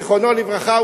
זיכרונו לברכה,